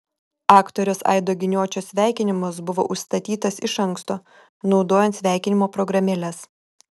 aktoriaus aido giniočio sveikinimas buvo užstatytas iš anksto naudojant sveikinimo programėles